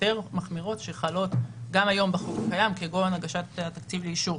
היותר מחמירות שחלות גם היום בחוק הקיים כגון הגשת התקציב לאישור.